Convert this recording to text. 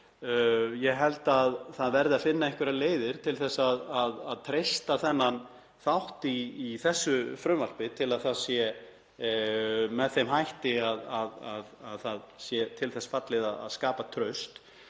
Ég held að það verði að finna einhverjar leiðir til að treysta þennan þátt í þessu frumvarpi til að það sé til þess fallið að skapa traust.